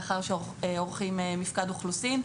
לאחר שעורכים מפקד אוכלוסין,